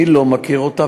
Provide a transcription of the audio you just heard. אני לא מכיר אותה,